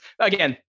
again